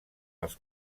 els